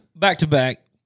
Back-to-back